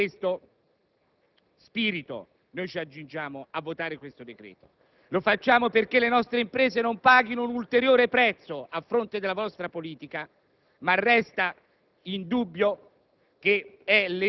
Con questo spirito ci accingiamo a votare il decreto in esame: lo facciamo perché le nostre imprese non paghino un ulteriore prezzo a fronte della vostra politica, anche se resta indubbio